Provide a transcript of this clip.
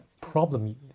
problem